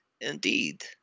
Indeed